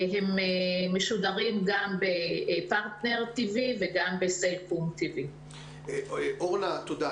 הם משודרים גם בפרטנר טי.וי וגם בסלקום TV. תודה.